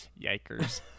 yikers